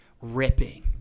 ripping